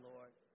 Lord